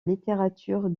littérature